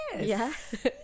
Yes